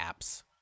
apps